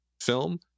film